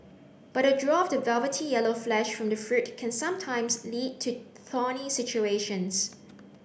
but the draw of the velvety yellow flesh from the fruit can sometimes lead to thorny situations